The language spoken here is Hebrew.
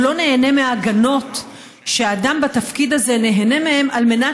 הוא לא נהנה מההגנות שאדם בתפקיד הזה נהנה מהן על מנת